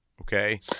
okay